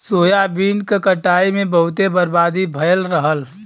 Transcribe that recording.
soybean क कटाई में बहुते बर्बादी भयल रहल